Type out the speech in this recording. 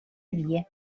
vie